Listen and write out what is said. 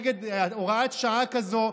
נגד הוראת שעה כזאת,